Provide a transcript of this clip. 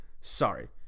sorry